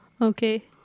Okay